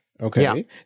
okay